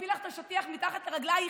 הפיל את השטיח מתחת לרגלייך,